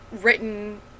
written